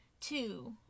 two